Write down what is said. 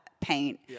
paint